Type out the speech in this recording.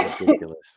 Ridiculous